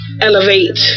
elevate